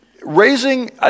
raising